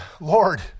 Lord